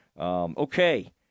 Okay